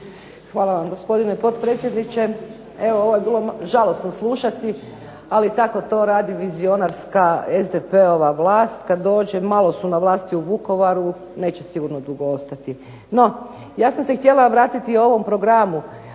Hvala vam gospodine potpredsjedniče. Evo ovo je bilo žalosno slušati, ali tako to radi vizionarska SDP-ova vlast, kad dođe, malo su na vlasti u Vukovaru, neće sigurno dugo ostati. No ja sam se htjela vratiti ovom programu,